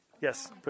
Yes